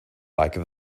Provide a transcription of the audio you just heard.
like